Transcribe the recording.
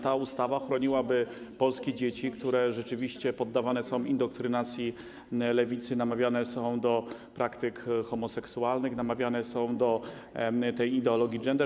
Ta ustawa chroniłaby polskie dzieci, które rzeczywiście poddawane są indoktrynacji lewicy, namawiane są do praktyk homoseksualnych, namawiane są do tej ideologii gender.